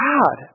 God